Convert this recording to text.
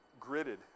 gridded